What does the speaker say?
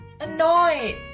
annoyed